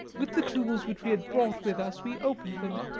with the tools which we had brought with us we opened them,